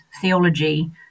theology